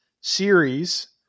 series